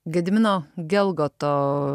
gedimino gelgoto